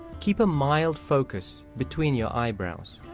keep a mild focus between your eyebrows.